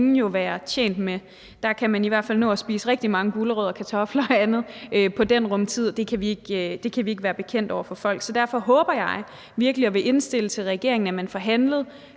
ingen jo være tjent med. Man kan i hvert fald nå at spise rigtig mange gulerødder, kartofler og andet i den tid, og det kan vi ikke være bekendt over for folk. Så derfor håber jeg virkelig og vil indstille til regeringen, at man får handlet